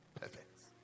perfect